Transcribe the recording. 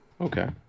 Okay